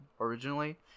originally